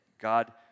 God